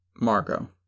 Margot